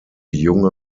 junge